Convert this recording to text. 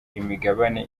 imigabane